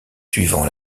suivants